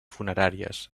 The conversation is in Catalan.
funeràries